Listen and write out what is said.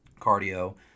cardio